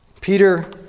Peter